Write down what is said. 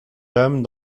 dame